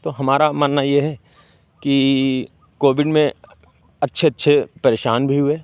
तो हमारा मानना ये है कि कोविड में अच्छे अच्छे परेशान भी हुए